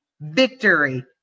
victory